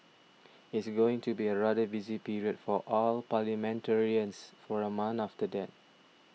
it's going to be a rather busy period for all parliamentarians for a month after that